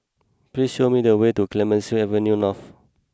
please show me the way to Clemenceau Avenue North